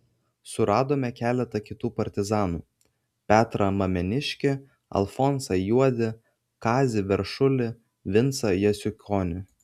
suradome keletą kitų partizanų petrą mameniškį alfonsą juodį kazį veršulį vincą jasiukonį